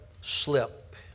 slip